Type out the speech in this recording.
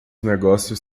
negócios